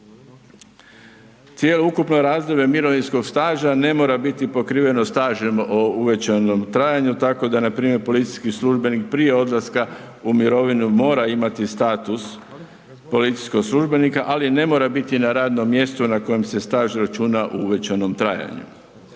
Cijelo ukupno razdoblje mirovinskog staža ne mora biti pokriveno stažem u uvećanom trajanju tako npr. policijski službenik prije odlaska u mirovinu mora imati status policijskog službenika ali ne mora biti na radnom mjestu na kojem se staž računa u uvećanom trajanju.